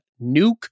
nuke